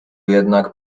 jednak